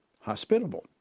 hospitable